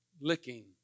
licking